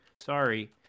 Sorry